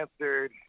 answered